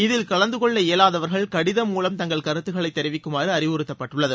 இதில் கலந்து கொள்ள இயலாதவர்கள் கடிதம் மூலம் தங்கள் கருத்துக்களை தெரிவிக்குமாறு அறிவுறுத்தப்பட்டுள்ளது